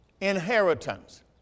inheritance